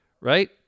right